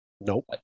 Nope